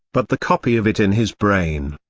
but the copy of it in his brain.